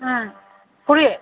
ꯑꯥ ꯐꯨꯔꯤꯠ